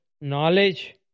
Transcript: knowledge